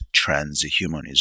transhumanism